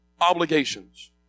obligations